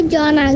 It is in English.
John